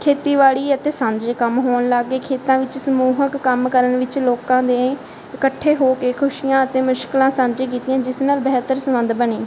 ਖੇਤੀਬਾੜੀ ਅਤੇ ਸਾਂਝੇ ਕੰਮ ਹੋਣ ਲੱਗ ਗਏ ਖੇਤਾਂ ਵਿੱਚ ਸਮੂਹਕ ਕੰਮ ਕਰਨ ਵਿੱਚ ਲੋਕਾਂ ਦੇ ਇਕੱਠੇ ਹੋ ਕੇ ਖੁਸ਼ੀਆਂ ਅਤੇ ਮੁਸ਼ਕਲਾਂ ਸਾਂਝਾ ਕੀਤੀਆਂ ਜਿਸ ਨਾਲ ਬਿਹਤਰ ਸੰਬੰਧ ਬਣੇ